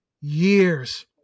years